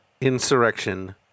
Insurrection